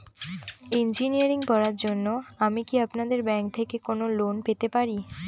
Engineering পড়ার জন্য আমি কি আপনাদের ব্যাঙ্ক থেকে কোন লোন পেতে পারি?